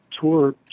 tour